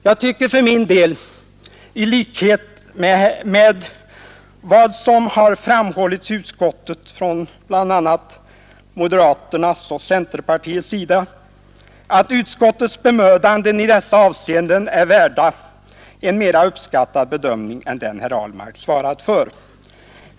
Jag tycker för min del, i likhet med vad som har framhållits i utskottet från bl.a. moderaternas och centerpartisternas sida, att utskottets bemödanden i dessa avseenden är värda en mera uppskattande bedömning än den herr Ahlmark svarat för.